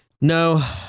No